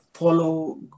follow